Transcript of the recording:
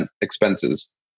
expenses